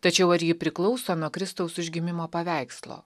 tačiau ar ji priklauso nuo kristaus užgimimo paveikslo